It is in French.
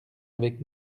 avec